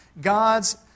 God's